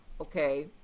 okay